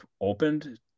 opened